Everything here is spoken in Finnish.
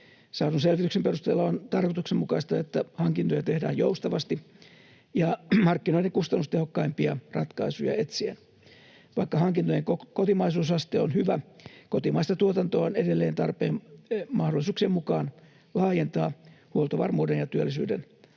Saadun selvityksen perusteella on tarkoituksenmukaista, että hankintoja tehdään joustavasti ja markkinoiden kustannustehokkaimpia ratkaisuja etsien. Vaikka hankintojen kotimaisuusaste on hyvä, kotimaista tuotantoa on edelleen tarpeen mahdollisuuksien mukaan laajentaa huoltovarmuuden ja työllisyyden